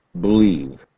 believe